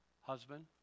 Husband